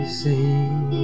sing